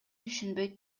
түшүнбөй